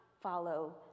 follow